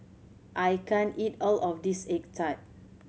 I can't eat all of this egg tart